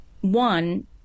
One